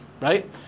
Right